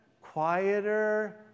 quieter